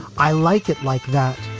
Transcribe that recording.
i like it like that.